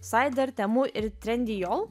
saider temu ir trendijol